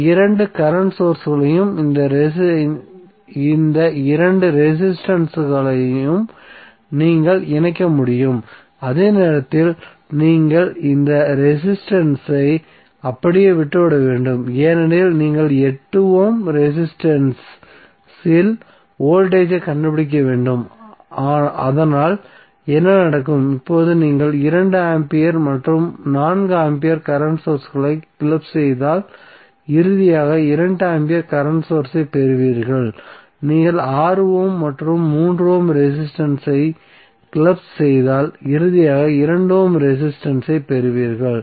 இந்த இரண்டு கரண்ட் சோர்ஸ்களையும் இந்த இரண்டு ரெசிஸ்டன்ஸ் ஐயும் நீங்கள் இணைக்க முடியும் அதே நேரத்தில் நீங்கள் இந்த ரெசிஸ்டன்ஸ் ஐ அப்படியே விட்டுவிட வேண்டும் ஏனெனில் நீங்கள் 8 ஓம் ரெசிஸ்டன்ஸ் இல் வோல்டேஜ் ஐக் கண்டுபிடிக்க வேண்டும் அதனால் என்ன நடக்கும் இப்போது நீங்கள் 2 ஆம்பியர் மற்றும் 4 ஆம்பியர் கரண்ட் சோர்ஸ்களை கிளப் செய்தால் இறுதியாக 2 ஆம்பியர் கரண்ட் சோர்ஸ் ஐ பெறுவீர்கள் நீங்கள் 6 ஓம் மற்றும் 3 ஓம் ரெசிஸ்டன்ஸ் ஐ கிளப் செய்தால் இறுதியாக 2 ஓம் ரெசிஸ்டன்ஸ் ஐப் பெறுவீர்கள்